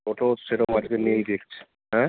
টোটো সেরম আজকে নেই দেখছি হ্যাঁ